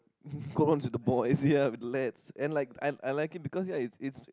go on to the boys ya with leads and like I I like it because ya it's it's